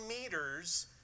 meters